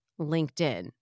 LinkedIn